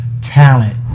talent